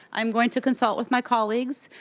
i am going to consult with my colleagues,